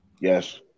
Yes